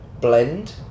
blend